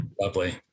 Lovely